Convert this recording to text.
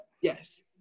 Yes